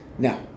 Now